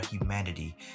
humanity